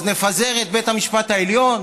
אז נפזר את בית המשפט העליון,